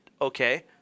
okay